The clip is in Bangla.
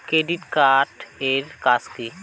ক্রেডিট কার্ড এর কাজ কি?